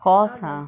cost ah